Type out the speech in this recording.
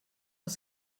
aus